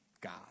God